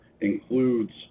includes